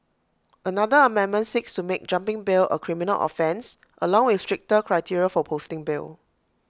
another amendment seeks to make jumping bail A criminal offence along with stricter criteria for posting bail